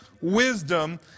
wisdom